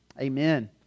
Amen